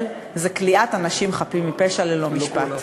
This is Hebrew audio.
היא כליאת אנשים חפים מפשע ללא משפט.